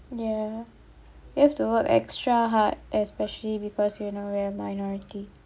ya you have to work extra hard especially because you know we're minority